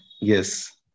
Yes